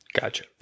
Gotcha